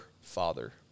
Father